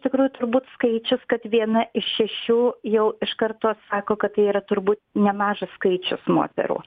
tikrųjų turbūt skaičius kad viena iš šešių jau iš karto sako kad tai yra turbūt nemažas skaičius moterų